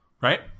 Right